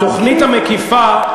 התוכנית המקיפה,